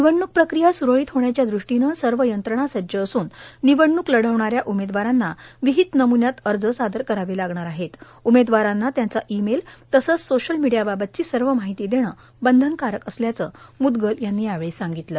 निवडणूक प्रक्रिया स्रळीत होण्याच्या दृष्टिने सर्व यंत्रणा सज्ज असून निवडणूक लढविणाऱ्या उमेदवारांना विहित नम्ण्यात अर्ज सादर करावे लागणार असून उमेदवारांना त्यांचा ई मेल तसंच सोशल मिडीया बाबातची सर्व माहिती देणं बंधनकारक असल्याचं म्दगल यांनी यावेळी सांगितले